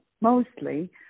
mostly